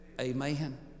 amen